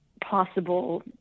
possible